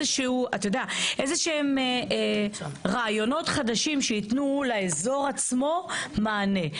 איזשהם רעיונות חדשים שייתנו לאזור עצמו מענה.